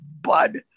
Bud